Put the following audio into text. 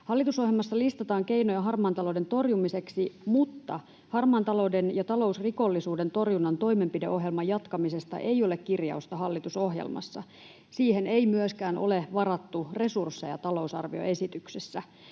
Hallitusohjelmassa listataan keinoja harmaan talouden torjumiseksi, mutta harmaan talouden ja talousrikollisuuden torjunnan toimenpideohjelman jatkamisesta ei ole kirjausta hallitusohjelmassa. Siihen ei myöskään ole varattu resursseja talousarvioesityksessä.